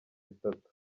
bitatu